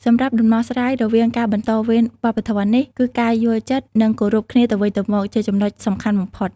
សម្រាប់ដំណោះស្រាយរវាងការបន្តវេនវប្បធម៌នេះ គឺការយល់ចិត្ត និងគោរពគ្នាទៅវិញទៅមក ជាចំណុចសំខាន់បំផុត។